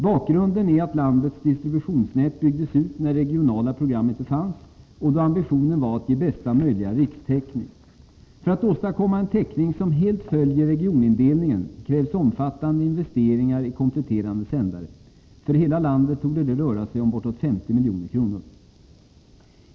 Bakgrunden är att landets distributionsnät byggdes ut när regionala program inte fanns och då ambitionen var att ge bästa möjliga rikstäckning. För att åstadkomma en täckning som helt följer regionindelningen krävs omfattande investeringar i kompletterande sändare. För hela landet torde det röra sig om bortåt 50 milj.kr.